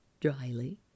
dryly